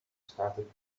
started